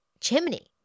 chimney